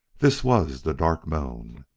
this! was the dark moon!